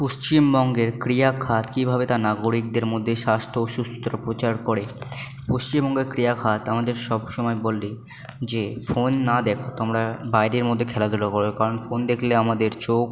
পশ্চিমবঙ্গের ক্রিয়া খাত কীভাবে তার নাগরিকদের মধ্যে স্বাস্থ্য ও প্রচার করে পশ্চিমবঙ্গের ক্রিয়া খাত আমাদের সবসময় বলে যে ফোন না দেখো তোমরা বাইরের মধ্যে খেলাধুলা করো কারণ ফোন দেখলে আমাদের চোখ